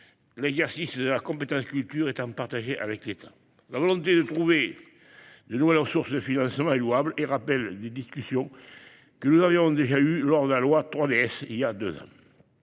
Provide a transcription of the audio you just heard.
l'exercice de la compétence culture étant partagé avec l'État. La volonté de trouver de nouvelles sources de financement est louable et rappelle des discussions que nous avions déjà eues il y a deux ans